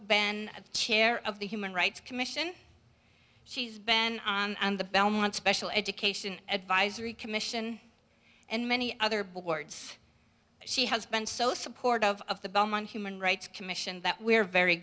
been chair of the human rights commission she's banned and the belmont special education advisory commission and many other boards she has been so supportive of the bomb and human rights commission that we are very